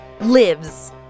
lives